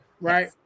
right